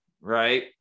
right